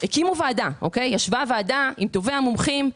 הקימו ועדה עם טובי המומחים.